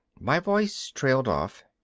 my voice trailed off.